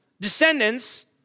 descendants